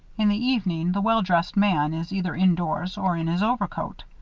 in the evening, the well-dressed man is either indoors or in his overcoat.